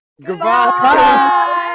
Goodbye